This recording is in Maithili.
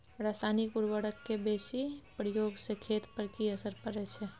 रसायनिक उर्वरक के बेसी प्रयोग से खेत पर की असर परै छै?